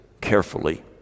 carefully